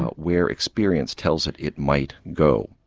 where experience tells it it might go.